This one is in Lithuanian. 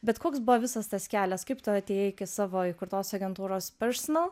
bet koks buvo visas tas kelias kaip tu atėjai iki savo įkurtos agentūros personal